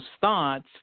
thoughts